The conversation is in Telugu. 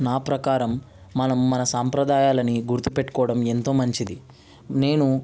నా ప్రకారం మనం మన సాంప్రదాయాలని గుర్తు పెట్టుకోవడం ఎంతోమంచిది నేను